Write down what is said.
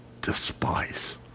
despise